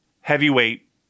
Heavyweight